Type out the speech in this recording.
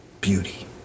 beauty